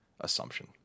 assumption